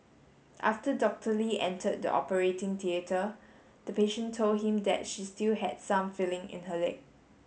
after Doctor Lee entered the operating theatre the patient told him that she still had some feeling in her leg